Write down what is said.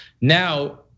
Now